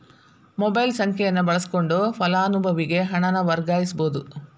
mobile ಸಂಖ್ಯೆಯನ್ನ ಬಳಸಕೊಂಡ ಫಲಾನುಭವಿಗೆ ಹಣನ ವರ್ಗಾಯಿಸಬೋದ್